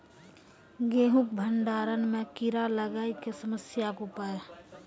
गेहूँ के भंडारण मे कीड़ा लागय के समस्या के उपाय?